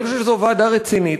אני חושב שזאת ועדה רצינית,